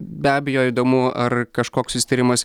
be abejo įdomu ar kažkoks susitarimas